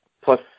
plus